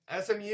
SMU